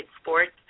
sports